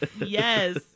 Yes